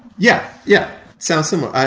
yeah yeah, sounds similar.